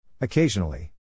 Occasionally